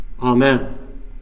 Amen